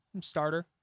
starter